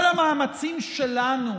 כל המאמצים שלנו